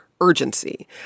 urgency